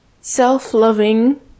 self-loving